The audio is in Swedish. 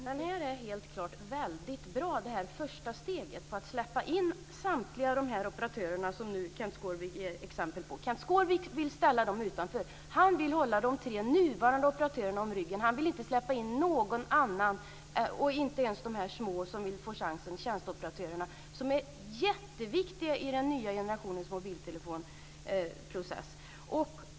Fru talman! Det första steget är bra på att släppa in samtliga operatörer Kenth Skårvik ger exempel på. Kenth Skårvik vill ställa dem utanför. Han vill hålla de tre nuvarande operatörerna om ryggen. Han vill inte släppa in någon annan - inte ens de små tjänsteoperatörerna. De är jätteviktiga i den nya generationens mobiltelefonprocess.